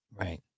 Right